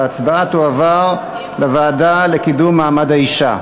ההצעה תועבר לוועדה לקידום מעמד האישה.